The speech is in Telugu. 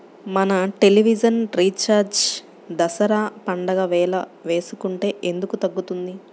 మన టెలివిజన్ రీఛార్జి దసరా పండగ వేళ వేసుకుంటే ఎందుకు తగ్గుతుంది?